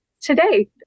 today